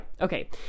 Okay